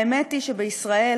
האמת היא שבישראל,